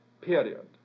period